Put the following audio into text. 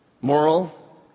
Moral